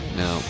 no